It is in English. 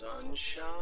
sunshine